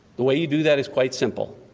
the way you do that is quite simple.